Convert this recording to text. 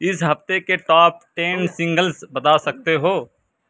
اس ہفتے کے top ten singles بتا سکتے ہو